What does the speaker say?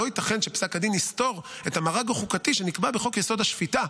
לא ייתכן שפסק הדין יסתור את המארג החוקתי שנקבע בחוק-יסוד: השפיטה.